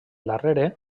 darrere